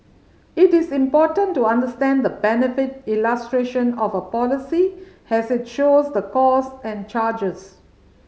it is important to understand the benefit illustration of a policy has it shows the costs and charges